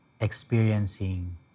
experiencing